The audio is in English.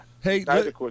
Hey